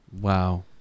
Wow